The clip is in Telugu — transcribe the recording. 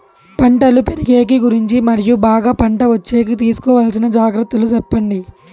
పంటలు పెరిగేకి గురించి మరియు బాగా పంట వచ్చేకి తీసుకోవాల్సిన జాగ్రత్త లు సెప్పండి?